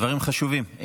דברים חשובים.